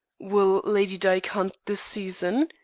will lady dyke hunt this season?